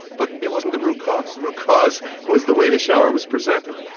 but it wasn't the root cause. the root cause was the way the shower was presented.